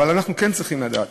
אבל אנחנו כן צריכים לדעת